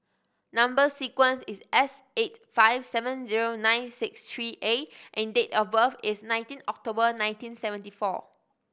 number sequence is S eight five seven zero nine six three A and date of birth is nineteen October nineteen seventy four